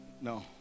no